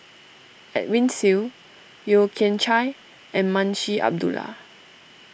Edwin Siew Yeo Kian Chai and Munshi Abdullah